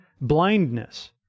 blindness